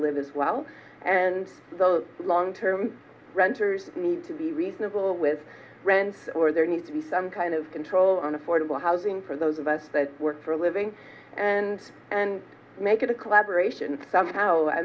live as well and those long term renters need to be reasonable with rents or there needs to be some kind of control on affordable housing for those of us that work for a living and make it a collaboration somehow i